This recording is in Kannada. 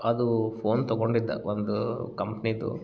ಅದು ಫೋನ್ ತಗೊಂಡಿದ್ದ ಒಂದು ಕಂಪ್ನಿಯದು